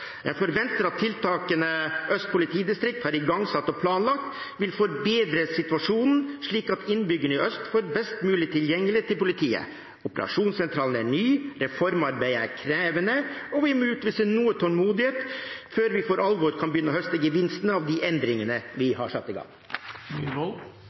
Jeg forventer at tiltakene Øst politidistrikt har igangsatt og planlagt, vil forbedre situasjonen, slik at innbyggerne i øst får best mulig tilgjengelighet til politiet. Operasjonssentralen er ny, reformarbeidet er krevende, og vi må utvise noe tålmodighet før vi for alvor kan begynne å høste gevinstene av de endringene